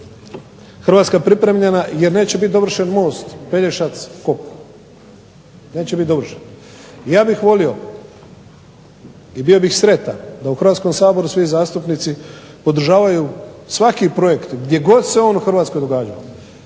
Hrvatska pripremljena jer neće biti dovršen most Pelješac-kopno. Neće biti dovršen. Ja bih volio i bio bih sretan da u Hrvatskom saboru svi zastupnici podržavaju svaki projekt gdje god se on u HRvatskoj događao.